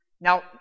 Now